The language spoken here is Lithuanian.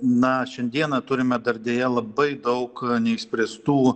na šiandieną turime dar deja labai daug neišspręstų